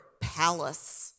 Palace